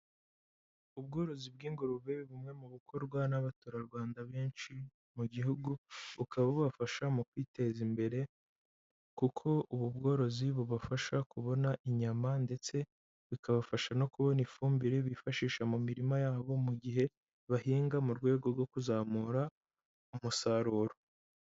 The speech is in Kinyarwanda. Ubworozi bw'ingurube bumwe mu bukorwa n'Abaturarwanda benshi mu gihugu, bukaba bubafasha mu kwiteza imbere, kuko ubu bworozi bubafasha kubona inyama, ndetse bikabafasha no kubona ifumbire bifashisha mu mirima yabo, mu gihe bahinga mu rwego rwo kuzamura umusaruro.